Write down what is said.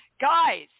Guys